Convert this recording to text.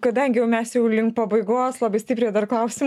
kadangi jau mes jau link pabaigos labai stipriai o dar klausimų